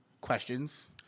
questions